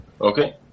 Okay